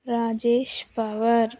Rajesh power